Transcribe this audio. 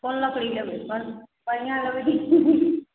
कोन लकड़ी लेबै बढ़िआँ लेबै की